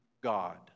God